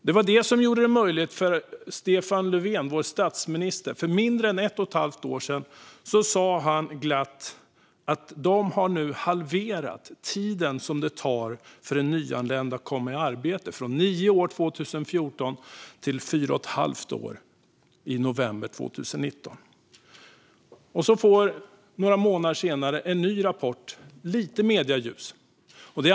Det var detta som gjorde det möjligt för statsminister Stefan Löfven att för mindre än ett och ett halvt år sedan glatt säga att regeringen hade halverat tiden för nyanlända att komma i arbete, från nio år 2014 till fyra och ett halvt år i november 2019. Några månader senare får en ny rapport lite medieljus.